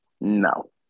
No